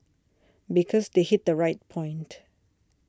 because they hit the right point